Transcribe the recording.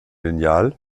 lineal